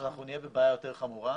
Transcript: אז אנחנו נהיה בבעיה יותר חמורה.